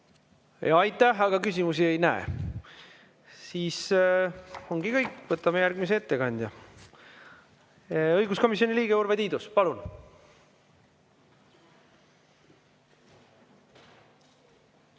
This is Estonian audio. Aitäh! Aga küsimusi ei näe. Siis ongi kõik, võtame järgmise ettekandja. Õiguskomisjoni liige Urve Tiidus, palun!